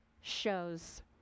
shows